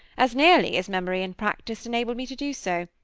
as nearly as memory and practice enabled me to do so,